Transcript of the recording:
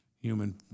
human